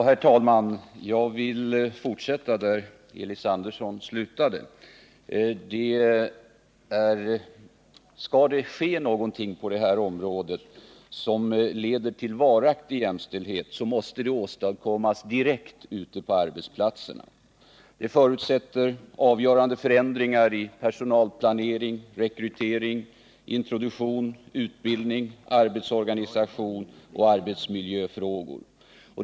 Herr talman! Jag vill fortsätta där Elis Andersson slutade och säga att skall det ske någonting på det här området som leder till varaktig jämställdhet, då måste detta åstadkommas direkt ute på arbetsplatserna. Det förutsätter avgörande förändringar i personalplanering, rekrytering, introduktion, utbildning, arbetsorganisation och arbetsmiljö.